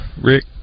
Rick